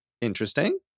interesting